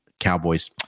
Cowboys